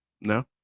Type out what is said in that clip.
no